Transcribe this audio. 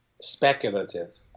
speculative